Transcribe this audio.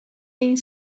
این